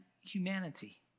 humanity